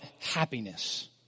happiness